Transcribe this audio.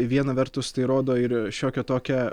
viena vertus tai rodo ir šiokią tokią